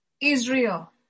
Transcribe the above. Israel